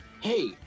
Hey